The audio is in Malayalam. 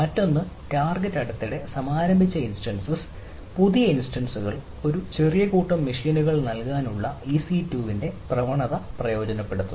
മറ്റൊന്ന് ടാർഗെറ്റ് അടുത്തിടെ സമാരംഭിച്ച ഇൻസ്റ്റൻസസ് പുതിയ ഇൻസ്റ്റൻസ്കൾ ഒരു ചെറിയ കൂട്ടം മെഷീനുകൾ നൽകാനുള്ള ഇസി 2 ന്റെ പ്രവണത പ്രയോജനപ്പെടുത്തുന്നു